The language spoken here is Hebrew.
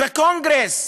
בקונגרס,